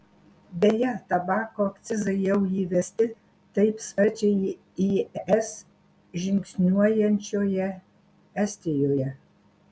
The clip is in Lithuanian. beje tabako akcizai jau įvesti taip sparčiai į es žingsniuojančioje estijoje